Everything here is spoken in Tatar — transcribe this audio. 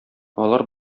алар